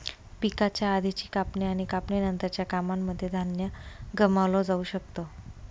पिकाच्या आधीची कापणी आणि कापणी नंतरच्या कामांनमध्ये धान्य गमावलं जाऊ शकत